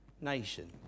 nation